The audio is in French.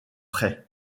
prés